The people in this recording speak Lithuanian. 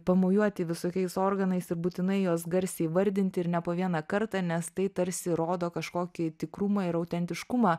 pamojuoti visokiais organais ir būtinai juos garsiai įvardinti ir ne po vieną kartą nes tai tarsi rodo kažkokį tikrumą ir autentiškumą